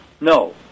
No